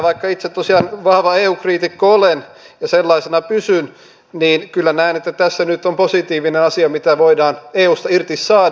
vaikka itse tosiaan vahva eu kriitikko olen ja sellaisena pysyn niin kyllä näen että tässä nyt on positiivinen asia mitä voidaan eusta irti saada